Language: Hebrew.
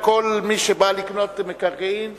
כל מי שבא לקנות מקרקעין יבדוק,